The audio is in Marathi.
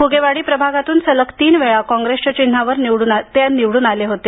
फुगेवाडी प्रभागातून सलग तीन वेळा काँग्रेसच्या चिन्हावर निवडून आले होते